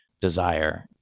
desire